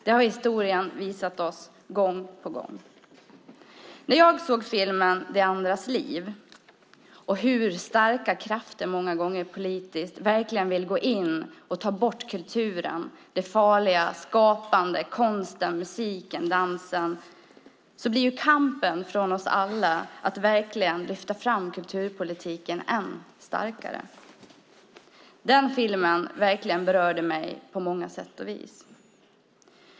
Det har historien gång på gång visat oss. När jag såg filmen De andras liv om hur politiskt starka krafter många gånger vill gå in och ta bort kulturen - det farliga, det skapande, konsten, musiken, dansen - kände jag att kampen för att verkligen lyfta fram kulturpolitiken måste bli än starkare. Den filmen berörde mig på många sätt.